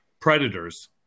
predators